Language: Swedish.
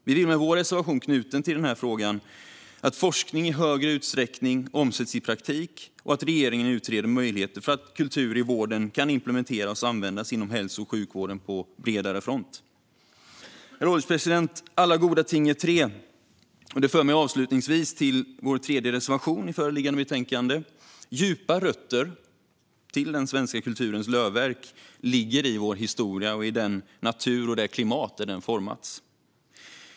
Vi vill med vår reservation som är knuten till denna fråga att forskning i högre utsträckning omsätts i praktik och att regeringen utreder möjligheter så att kultur i vården kan implementeras och användas inom hälso och sjukvården på bredare front. Herr ålderspresident! Alla goda ting är tre. Det för mig avslutningsvis till vår tredje reservation i föreliggande betänkande. Djupa rötter till den svenska kulturens lövverk ligger i vår historia och i den natur och det klimat där den formats.